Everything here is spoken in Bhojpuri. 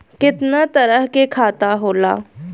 केतना तरह के खाता होला?